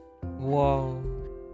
Whoa